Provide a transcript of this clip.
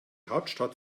hauptstadt